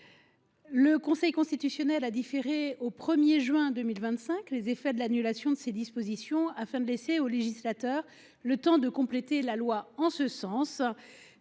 Le Conseil constitutionnel a différé au 1 juin 2025 les effets de l’annulation de ces dispositions, afin de laisser au législateur le temps de compléter la loi en ce sens.